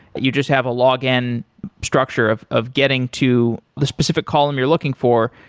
you just have a login structure of of getting to the specific column you're looking for,